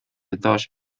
داشت